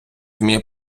вміє